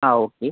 ആ ഓക്കെ